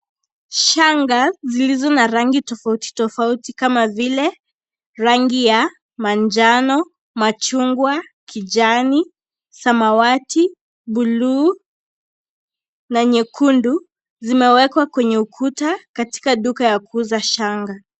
Shanga zilizo na rangi tofauti tofauti kama vile, rangi ya manjano, machungwa, kijani, samawati, buluu na nyekundu, zimewekwa kwenye ukuta katika duka la kuuza shanga.